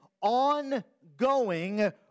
ongoing